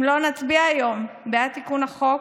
אם לא נצביע היום בעד תיקון החוק